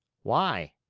why?